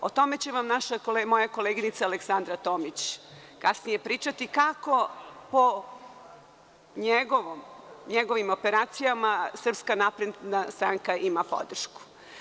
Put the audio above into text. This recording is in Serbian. O tome će moja koleginica Aleksandra Tomić kasnije pričati, kako po njegovim operacijama SNS ima podršku.